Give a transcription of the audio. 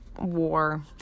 war